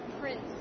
prince